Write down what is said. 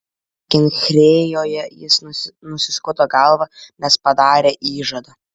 kenchrėjoje jis nusiskuto galvą nes padarė įžadą